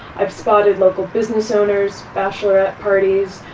i've spotted local business owners, bachelorette parties,